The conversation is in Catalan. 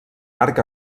arc